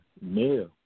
Male